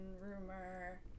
rumor